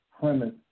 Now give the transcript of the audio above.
premise